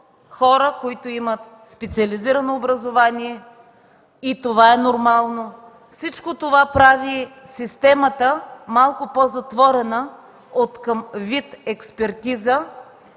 хора, които имат специализирано образование, и това е нормално. Всичко това прави системата малко по-затворена откъм вид експертиза